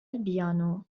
البيانو